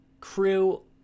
crew